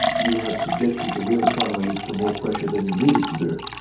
you have subjected the real economy to more pressure than you needed to do.